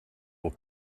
will